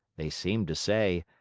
they seemed to say,